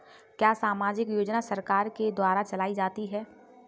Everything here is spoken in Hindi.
क्या सामाजिक योजना सरकार के द्वारा चलाई जाती है?